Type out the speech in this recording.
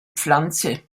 pflanze